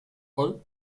all